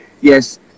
Yes